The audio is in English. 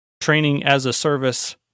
training-as-a-service